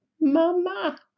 mama